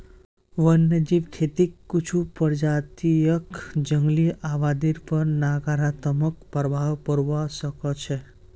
वन्यजीव खेतीक कुछू प्रजातियक जंगली आबादीर पर नकारात्मक प्रभाव पोड़वा स ख छ